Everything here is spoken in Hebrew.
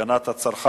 להגנה על עדים (תיקון)